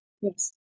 yes